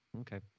okay